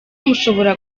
mushobora